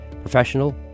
Professional